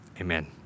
Amen